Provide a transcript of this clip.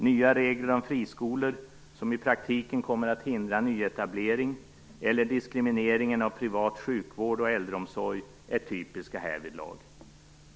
Nya regler om friskolor, som i praktiken kommer att hindra nyetablering, eller diskrimineringen av privat sjukvård och äldreomsorg är typiskt härvidlag.